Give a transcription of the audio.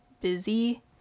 busy